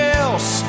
else